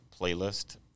playlist